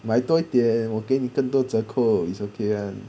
买多一点我给你更多折扣 it's okay [one]